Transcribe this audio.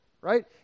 Right